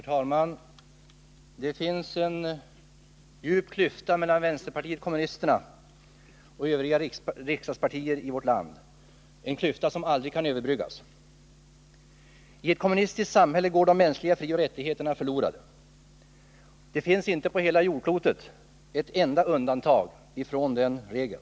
Herr talman! Det finns en djup klyfta mellan vänsterpartiet kommunisterna och övriga riksdagspartier i vårt land — en klyfta som aldrig kan överbryggas. I ett kommunistiskt samhälle går de mänskliga frioch rättigheterna förlorade. Det finns inte på hela jordklotet ett enda undantag från den regeln.